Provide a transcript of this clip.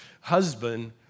husband